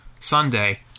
Sunday